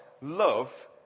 love